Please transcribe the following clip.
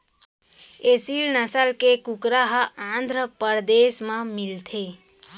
एसील नसल के कुकरा ह आंध्रपरदेस म मिलथे